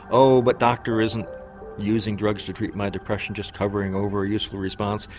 oh, but doctor, isn't using drugs to treat my depression just covering over a useful response?